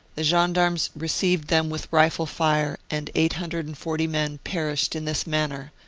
the gendarmes received them with rifle-fire, and eight hundred and forty men perished in this manner,